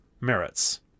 merits